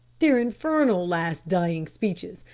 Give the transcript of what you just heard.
their infernal last dying speeches,